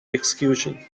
executions